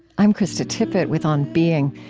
i'm krista tippett with on being,